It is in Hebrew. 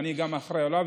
ואני גם אחראי לו,